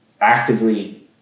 actively